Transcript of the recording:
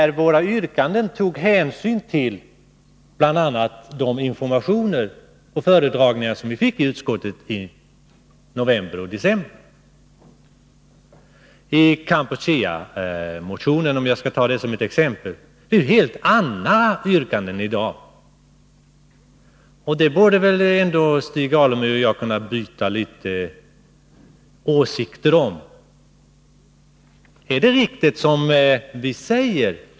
I våra yrkanden har vi tagit hänsyn bl.a. till den information och de föredragningar som förevarit i utskottet under november och december. När det gäller motionen om Kampuchea — för att anföra ett exempel — föreligger i dag helt andra yrkanden. I det avseendet borde Stig Alemyr och jag kunna utbyta några tankar.